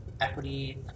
equity